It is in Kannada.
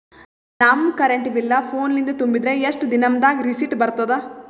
ನಮ್ ಕರೆಂಟ್ ಬಿಲ್ ಫೋನ ಲಿಂದೇ ತುಂಬಿದ್ರ, ಎಷ್ಟ ದಿ ನಮ್ ದಾಗ ರಿಸಿಟ ಬರತದ?